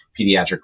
pediatric